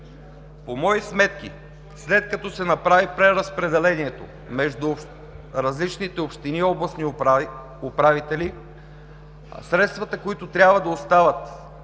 По мои сметки, след като се направи преразпределението между различните общини и областни управители, средствата, които трябва да остават